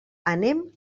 anem